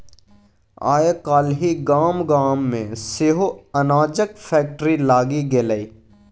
आय काल्हि गाम गाम मे सेहो अनाजक फैक्ट्री लागि गेलै